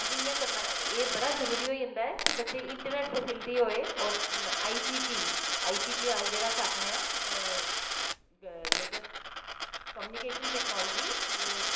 असेंगी एह् करना बड़ा जरूरी होई जंदा ऐ कि बच्चें गी इंटरनैट्ट फैस्लिटी होऐ आईसीटी आईसीटी जेह्ड़ा अस आक्खने आं लेटैस्ट कम्युनीकेशन टैक्नोलॉज़ी